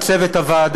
וכמובן, לצוות הוועדה.